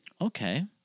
Okay